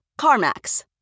CarMax